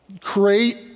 Create